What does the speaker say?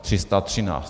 313.